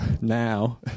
now